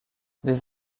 des